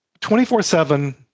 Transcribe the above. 24-7